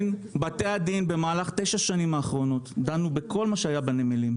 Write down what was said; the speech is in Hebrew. בתי הדין במהלך תשע השנים האחרונות דנו בכל מה שהיה בנמלים.